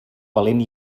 valent